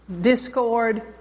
Discord